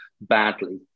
badly